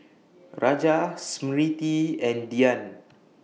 Raja Smriti and Dhyan